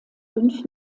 fünf